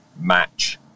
match